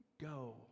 Go